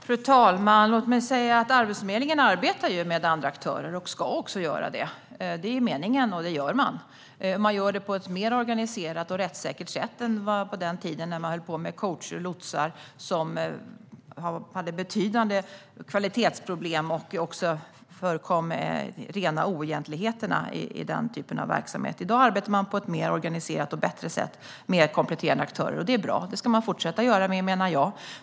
Fru talman! Låt mig säga att Arbetsförmedlingen arbetar med andra aktörer och ska också göra det. Det är meningen, och det gör man. Man gör det på ett mer organiserat och rättssäkert sätt än man gjorde på den tiden när man höll på med coacher och lotsar som hade betydande kvalitetsproblem. Det förekom också rena oegentligheter i denna typ av verksamhet. I dag arbetar man på ett mer organiserat och bättre sätt med kompletterande aktörer. Det är bra, och det ska man fortsätta göra.